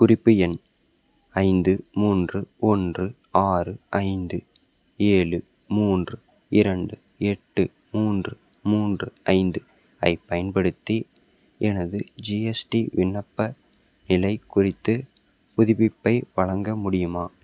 குறிப்பு எண் ஐந்து மூன்று ஒன்று ஆறு ஐந்து ஏழு மூன்று இரண்டு எட்டு மூன்று மூன்று ஐந்து ஐப் பயன்படுத்தி எனது ஜிஎஸ்டி விண்ணப்ப நிலைக் குறித்துப் புதுப்பிப்பை வழங்க முடியுமா